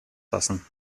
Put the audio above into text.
fassen